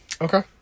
Okay